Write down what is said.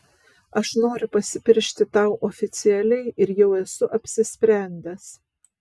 aš noriu pasipiršti tau oficialiai ir jau esu apsisprendęs